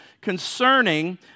concerning